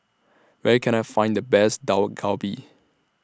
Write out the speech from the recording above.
Where Can I Find The Best Dak Galbi